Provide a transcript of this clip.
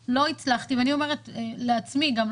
לא הצלחתי ואני אומרת לעצמי גם,